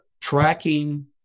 tracking